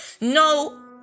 No